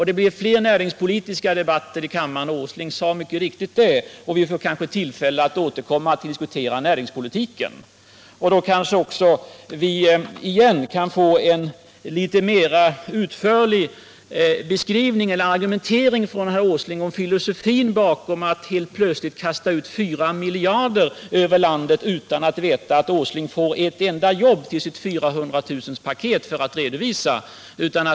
Det blir fler näringspolitiska debatter i kammaren — det sade herr Åsling mycket riktigt — och vi får kanske tillfälle att återkomma till en diskussion om näringspolitiken. Då kanske vi kan få en mera utförlig redogörelse av herr Åsling för filosofin bakom åtgärden att helt plötsligt kasta ut 4 miljarder över landet utan att veta att Åsling för det får ett enda jobb till sitt 400 000-paket.